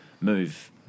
move